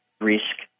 risk